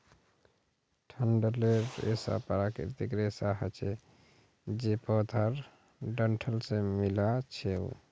डंठलेर रेशा प्राकृतिक रेशा हछे जे पौधार डंठल से मिल्आ छअ